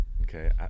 Okay